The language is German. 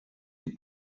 die